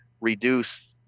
reduce